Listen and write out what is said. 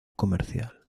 comercial